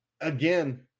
Again